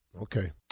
Okay